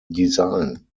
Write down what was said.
design